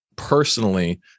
Personally